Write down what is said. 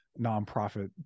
nonprofit